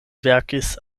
verkis